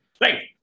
Right